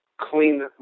clean